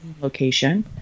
location